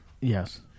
Yes